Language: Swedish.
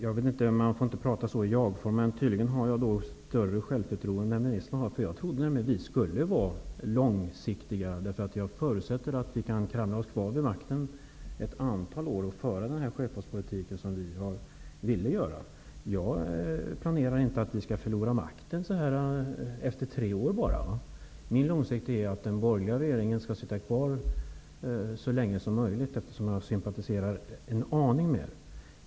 Herr talman! Man får inte prata i jagform, men tydligen har jag större självförtroende än ministern. Jag trodde nämligen att vi skulle vara långsiktiga. Jag förutsätter att vi kan kravla oss kvar vid makten ett antal år och föra den sjöfartspolitik som vi vill göra. Jag planerar inte att vi skall förlora makten efter bara tre år. Min långsiktighet är att den borgerliga regeringen skall sitta kvar så länge som möjligt, eftersom jag sympatiserar en aning med den.